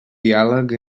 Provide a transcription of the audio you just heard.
diàleg